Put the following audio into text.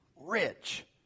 rich